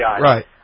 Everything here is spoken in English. right